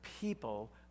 people